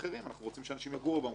אנחנו רוצים שאנשים יגורו במקומות האלה,